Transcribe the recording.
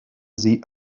sie